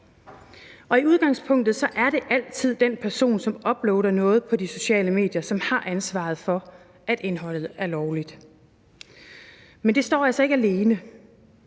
I udgangspunktet er det altid den person, som uploader noget på de sociale medier, som har ansvaret for, at indholdet er lovligt. Men det står altså ikke alene.